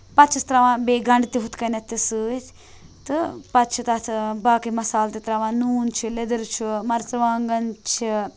پَتہٕ چھس تراوان بیٚیہِ گَنڑٕ ہُتھ کٔنٮ۪تھ تہٕ سۭتۍ تہٕ پَتہِ چھِ تَتھ باقٕے مسالہٕ تہِ تراوان نون چھِ لیدٕر چھِ مَرژٕوانگن چھِ